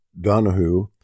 Donahue